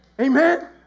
Amen